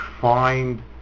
find